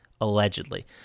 allegedly